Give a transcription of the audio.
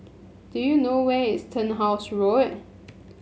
do you know where is Turnhouse Road